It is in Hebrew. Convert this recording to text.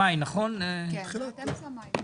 אמצע מאי.